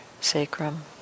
sacrum